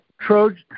Trojan